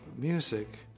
music